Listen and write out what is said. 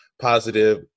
positive